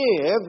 give